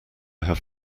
have